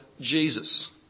Jesus